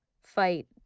fight